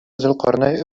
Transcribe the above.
зөлкарнәй